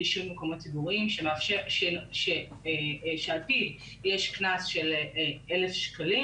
על פיו יש קנס של 1,000 ₪.